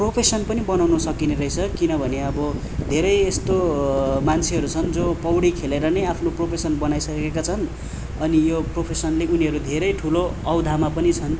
profession पनि बनाउन सकिने रहेछ किनभने अब धेरै यस्तो मान्छेहरू छन् जो पौडी खेलेर नै आफ्नो प्रोफेसन बनाइसकेका छन् अनि यो प्रोफेसनले उनीहरू धेरै ठुलो अहोदामा पनि छन्